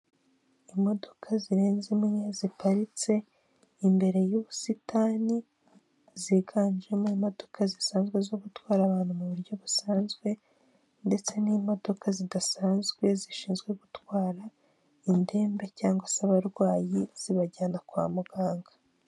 Imodoka zirenze imwe ziparitse imbere y'ubusitani. Ziganjemo imodoka zisanzwe zo gutwara abantu mu buryo busanzwe ndetse n'imodoka zidasanzwe, zishinzwe gutwara indembe cyangwa se abarwayi zibajyana kwa muganga.